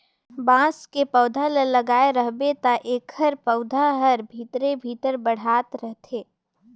बांस के पउधा ल लगाए रहबे त एखर पउधा हर भीतरे भीतर बढ़ात रथे